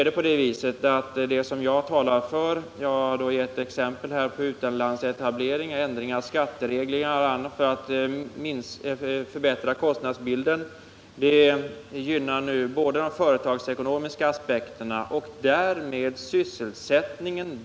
Det som jag talar för — jag har här givit exempel på utlandsetablering och ändring av skattereglerna för att därigenom förbättra kostnadsbilden —- gynnar de företagsekonomiska aspekterna och därmed sysselsättningen.